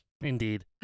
Indeed